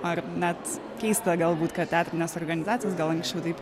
ar net keista galbūt kad teatrinės organizacijos gal anksčiau taip